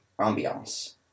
ambiance